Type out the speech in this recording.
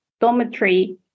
dormitory